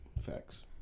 Facts